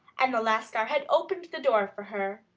and the lascar had opened the door for her.